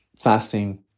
fasting